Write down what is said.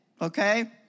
Okay